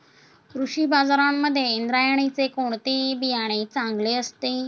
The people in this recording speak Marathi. कृषी बाजारांमध्ये इंद्रायणीचे कोणते बियाणे चांगले असते?